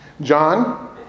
John